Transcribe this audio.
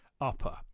Upper